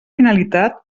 finalitat